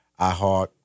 iHeart